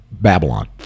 Babylon